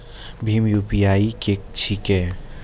भीम UPI की छीके?